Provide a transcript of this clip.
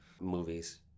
movies